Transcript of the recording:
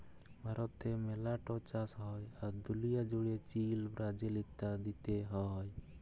ভারতে মেলা ট চাষ হ্যয়, আর দুলিয়া জুড়ে চীল, ব্রাজিল ইত্যাদিতে হ্য়য়